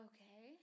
Okay